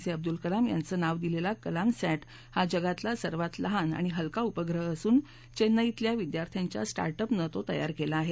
जे अब्दुल कलाम यांचं नाव दिलेला कलामसॅट हा जगातला सर्वात लहान आणि हलका उपग्रह असून चेन्नईतल्या विदयार्थ्यांच्या स्टार्ट अपनं तो तयार केला आहे